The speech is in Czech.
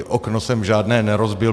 Okno jsem žádné nerozbil.